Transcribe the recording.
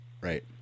right